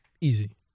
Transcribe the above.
easy